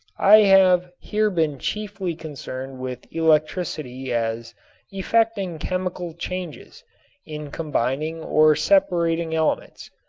i have here been chiefly concerned with electricity as effecting chemical changes in combining or separating elements,